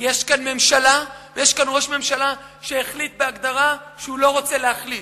כי יש כאן ממשלה ויש כאן ראש ממשלה שהחליט בהגדרה שהוא לא רוצה להחליט,